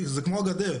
זה כמו הגדר,